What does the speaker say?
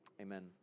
Amen